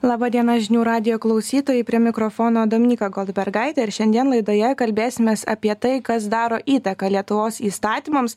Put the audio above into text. laba diena žinių radijo klausytojai prie mikrofono dominiką goldbergaitė ir šiandien laidoje kalbėsimės apie tai kas daro įtaką lietuvos įstatymams